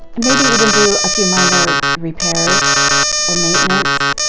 maybe even do a few minor repairs or maintenance.